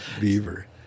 Beaver